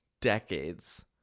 Decades